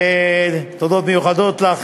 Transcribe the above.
ותודות מיוחדות לך,